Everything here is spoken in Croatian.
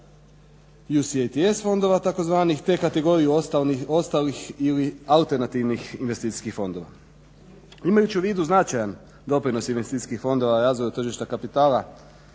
UCITS fondova tzv. te kategoriju ostalih ili alternativnih investicijskih fondova. Imajući u vidu značajan doprinos investicijskih fondova razvoja tržišta kapitala,